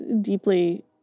deeply